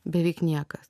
beveik niekas